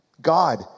God